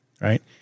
Right